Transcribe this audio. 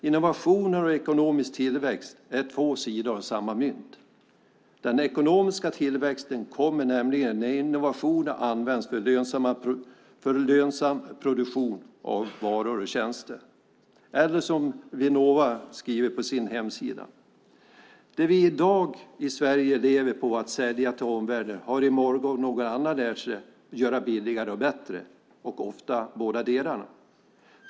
Innovationer och ekonomisk tillväxt är två sidor av samma mynt. Den ekonomiska tillväxten kommer nämligen när innovationer används för lönsam produktion av varor och tjänster, eller som Vinnova skriver på sin hemsida: "Det vi idag i Sverige lever på att sälja till omvärlden har i morgon någon annan lärt sig göra billigare eller bättre - och ofta bådadera.